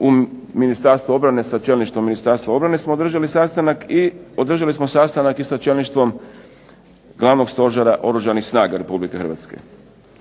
u Ministarstvo obrane sa čelništvom Ministarstva obrane smo održali sastanak i održali smo sastanak i sa čelništvom Glavnog stožera Oružanih snaga Republike Hrvatske.